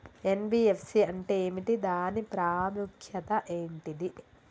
NBFC అంటే ఏమిటి దాని ప్రాముఖ్యత ఏంటిది?